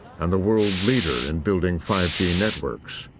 and the world leader in building five g networks,